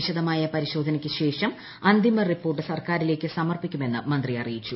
വിശദമായ പരിശോധനയ്ക്ക് ശേഷം അന്തിമ റിപ്പോർട്ട് സർക്കാരിലേക്ക് സമർപ്പിക്കുമെന്ന് മന്ത്രി അറിയിച്ചു